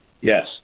Yes